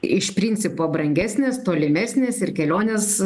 iš principo brangesnės tolimesnės ir kelionės